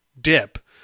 dip